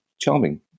charming